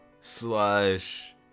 Slash